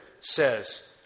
says